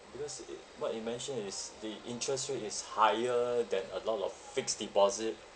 because i~ it what you mentioned is the interest rate is higher than a lot of fixed deposit